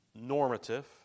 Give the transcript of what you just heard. normative